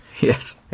Yes